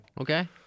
Okay